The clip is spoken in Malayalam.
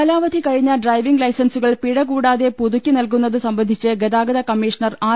കാലാവധി കഴിഞ്ഞ ഡ്രൈവിംഗ് ലൈസൻസുകൾ പിഴ കൂടാതെ പുതുക്കി നൽകുന്നത് സംബന്ധിച്ച് ഗതാഗത കമ്മീഷ ണർ ആർ